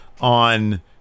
on